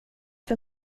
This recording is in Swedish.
för